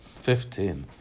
Fifteen